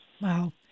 Wow